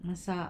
masak